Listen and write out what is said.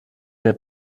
der